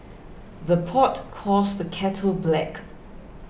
the pot calls the kettle black